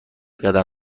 قدم